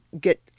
get